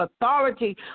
authority